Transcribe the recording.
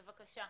בבקשה.